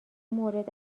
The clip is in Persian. مورد